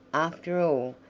after all,